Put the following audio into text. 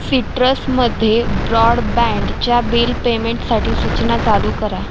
सिट्रसमध्ये ब्रॉडबँडच्या बिल पेमेंटसाठी सूचना चालू करा